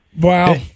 Wow